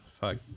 fuck